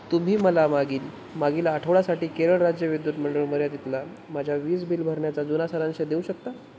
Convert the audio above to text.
तुम्ही मला मागील मागील आठवड्यासाठी केरळ राज्य विद्युत मंडळ मर्यादितला माझ्या वीज बिल भरण्याचा जुना सारांश देऊ शकता